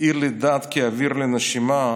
היא לדת כאוויר לנשימה,